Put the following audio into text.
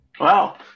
wow